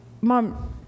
mom